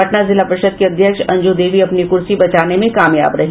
पटना जिला परिषद की अध्यक्ष अंजू देवी अपनी कुर्सी बचाने में कामयाब रहीं